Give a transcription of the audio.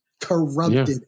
corrupted